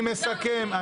אני מסכם.